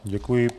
Děkuji.